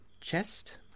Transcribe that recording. chest